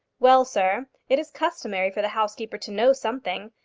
well, sir it is customary for the housekeeper to know something,